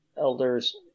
elders